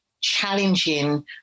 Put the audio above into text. challenging